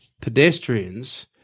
pedestrians